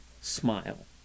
smile